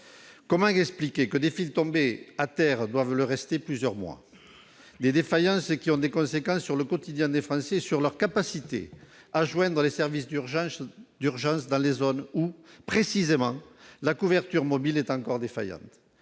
Comment expliquer que des fils tombés restent à terre plusieurs mois ? Ces défaillances ont des conséquences sur le quotidien des Français et sur leur capacité à joindre les services d'urgence dans des zones où, précisément, la couverture mobile est encore défaillante.